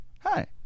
hi